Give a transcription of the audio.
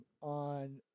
on